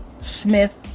Smith